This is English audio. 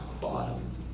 bottom